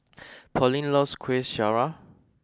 Pearlene loves Kueh Syara